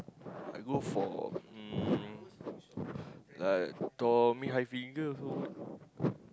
I go for um like Tommy-Hilfiger also